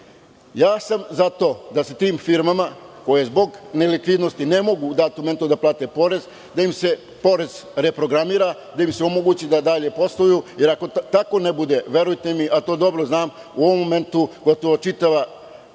to sam da tim firmama koje zbog nelikvidnosti ne mogu da plate porez da im se porez reprogramira i da im se omogući da dalje posluju, jer ako ne bude tako verujte mi, a to dobro znam u ovom momentu gotovo čitava